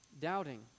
doubting